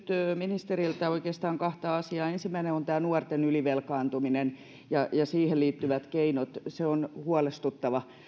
ministeriltä oikeastaan kahta asiaa ensimmäinen on nuorten ylivelkaantuminen ja siihen liittyvät keinot se on huolestuttavaa